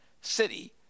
city